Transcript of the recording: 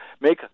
make